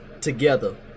Together